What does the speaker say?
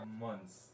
months